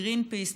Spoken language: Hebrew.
גרינפיס,